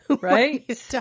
Right